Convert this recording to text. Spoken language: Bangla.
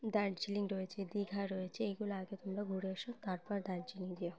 দার্জিলিং রয়েছে দীঘা রয়েছে এইগুলো আগে তোমরা ঘুরে এসো তারপর দার্জিলিং যেও